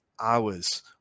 hours